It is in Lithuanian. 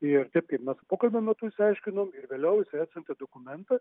ir taip kaip mes pokalbio metu išsiaiškinom ir vėliau jisai atsiuntė dokumentą